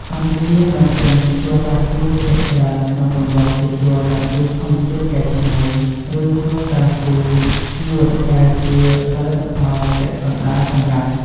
កម្ពុជានាំចេញជ័រកៅស៊ូភាគច្រើនក្នុងទម្រង់ជាជ័រកៅស៊ូធម្មជាតិកែច្នៃ ឬ ជ័រកៅស៊ូស្ងួត ដែលជាផលិតផលពាក់កណ្តាលសម្រេច។